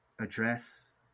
address